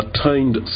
attained